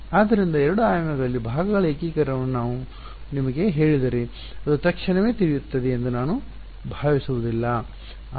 ಆದ್ದರಿಂದ ಎರಡು ಆಯಾಮಗಳಲ್ಲಿ ಭಾಗಗಳ ಏಕೀಕರಣವನ್ನು ನಾನು ನಿಮಗೆ ಹೇಳಿದರೆ ಅದು ತಕ್ಷಣವೇ ತಿಳಿಯುತ್ತದೆ ಎಂದು ನಾನು ಭಾವಿಸುವುದಿಲ್ಲ